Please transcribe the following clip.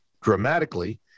dramatically